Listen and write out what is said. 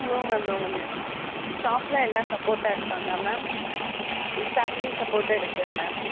no ma'am no ma'am ஸ்டாஃப்லாம் எல்லாம் சப்போர்ட்டாக இருக்காங்க மேம் ம் ஃபேமிலி சப்போர்ட்டும் இருக்குது மேம்